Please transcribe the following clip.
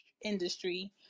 industry